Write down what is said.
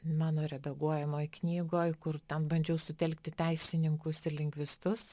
mano redaguojamoj knygoj kur ten bandžiau sutelkti teisininkus ir lingvistus